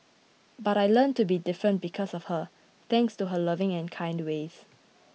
but I learnt to be different because of her thanks to her loving and kind ways